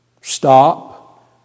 Stop